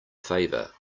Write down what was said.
favor